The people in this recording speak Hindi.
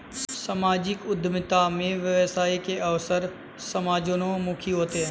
सामाजिक उद्यमिता में व्यवसाय के अवसर समाजोन्मुखी होते हैं